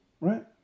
right